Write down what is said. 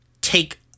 take